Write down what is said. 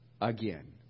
again